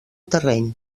terreny